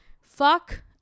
Fuck